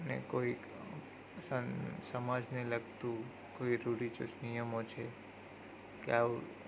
કે કોઈક સા સમજને લગતું કોઈ રૂઢિચુસ્ત નિયમો છે કે આવું